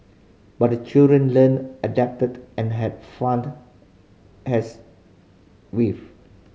but the children learnt adapted and had fund as wave